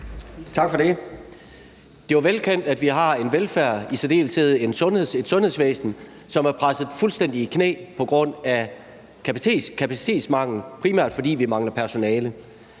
Tak for det. Det er jo velkendt, at vi har en velfærd og i særdeleshed et sundhedsvæsen, som er presset fuldstændig i knæ på grund af kapacitetsmangel, primært fordi vi mangler personale.